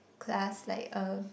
class like uh